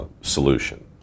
solution